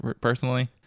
personally